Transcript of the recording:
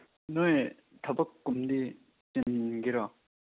ꯅꯣꯏ ꯊꯕꯛꯀꯨꯝꯗꯤ ꯆꯤꯟꯒꯦꯔꯣ